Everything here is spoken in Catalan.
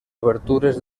obertures